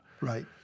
Right